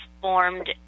formed